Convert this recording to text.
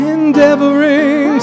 endeavoring